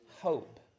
hope